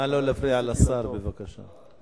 נא לא להפריע לשר, בבקשה.